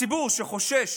הציבור שחושש